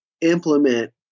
implement